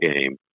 game